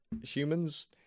humans